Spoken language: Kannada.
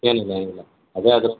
ಏನಿಲ್ಲ ಏನಿಲ್ಲ ಅದೇ ಅದು